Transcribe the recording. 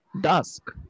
Dusk